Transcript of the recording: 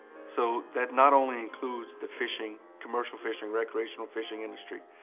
so, that not only includes the fishing commercial fishing, recreational fishing industry.